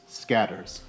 scatters